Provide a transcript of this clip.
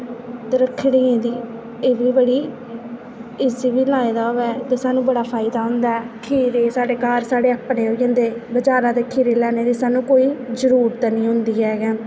तरक्खड़ी दी एह् बी बड़ी इसी बी लाए दा होऐ ते सानूं बड़ा फायदा होंदा ऐ खीरे साढ़े घर साढ़े अपने होई जंदे बजारै दे खीरे लैने दी सानूं कोई जरूरत नेईं होंदी ऐ